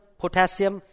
potassium